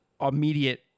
immediate